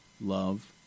love